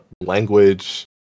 language